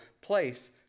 place